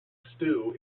stew